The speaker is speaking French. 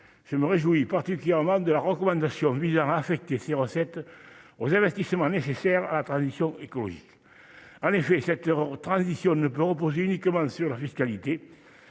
je me réjouis particulièrement de la recommandation visant à affecter ces recettes aux investissements nécessaires à la transition écologique. En effet, cette transition ne peut pas reposer uniquement sur la fiscalité.